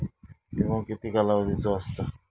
विमो किती कालावधीचो असता?